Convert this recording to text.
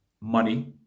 money